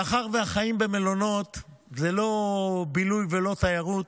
מאחר שהחיים במלונות הם לא בילוי ולא תיירות,